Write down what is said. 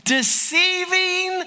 deceiving